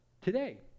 today